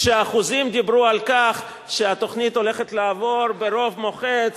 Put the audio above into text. כשהאחוזים דיברו על כך שהתוכנית הולכת לעבור ברוב מוחץ,